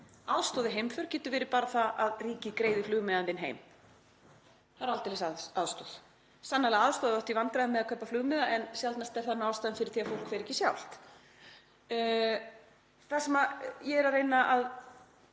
við heimför getur verið það að ríkið greiði flugmiða fólks heim. Það er aldeilis aðstoð, sannarlega aðstoð ef fólk á í vandræðum með að kaupa flugmiða en sjaldnast er það ástæðan fyrir því að fólk fer ekki sjálft. Það sem ég er að reyna að